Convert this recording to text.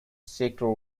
sector